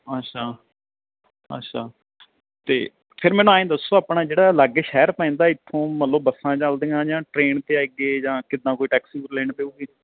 ਅੱਛਾ ਅੱਛਾ ਤਾਂ ਫਿਰ ਮੈਨੂੰ ਐਂ ਦੱਸੋ ਆਪਣਾ ਜਿਹੜਾ ਲਾਗੇ ਸ਼ਹਿਰ ਪੈਂਦਾ ਇੱਥੋਂ ਮਤਲਬ ਬੱਸਾਂ ਚੱਲਦੀਆਂ ਜਾਂ ਟ੍ਰੇਨ 'ਤੇ ਆਈਏ ਜਾਂ ਕਿੱਦਾਂ ਕੋਈ ਟੈਕਸੀ ਲੈਣੀ ਪਊਗੀ